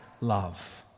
love